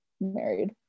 married